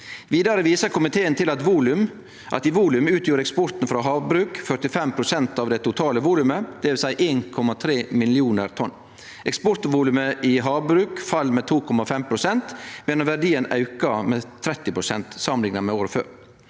Vidare viser komiteen til at i volum utgjorde eksporten frå havbruk 45 pst. av det totale volumet, dvs. 1,3 millionar tonn. Eksportvolumet i havbruk fall med 2,5 pst., medan verdien auka med 30 pst. samanlikna med året før.